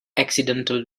accidental